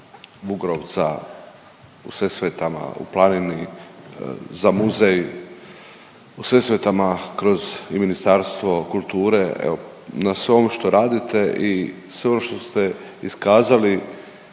Vugrovca u Sesvetama u Planini za muzej u Sesvetama kroz i Ministarstvo kulture evo na sve ono što radite i sve ono što ste iskazali